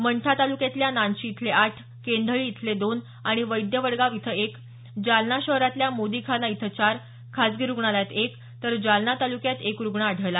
मंठा तालुक्यातल्या नानशी इथले आठ केंधळी इथले दोन आणि वैद्य वडगाव इथं एक जालना शहरातल्या मोदीखाना इथं चार खासगी रुग्णालयात एक तर जालना तालुक्यात एक रुग्ण आढळला